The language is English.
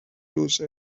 lose